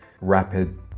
rapid